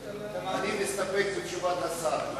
אני מסתפק בתשובת השר.